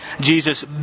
Jesus